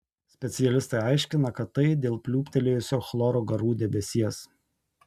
specialistai aiškina kad tai dėl pliūptelėjusio chloro garų debesies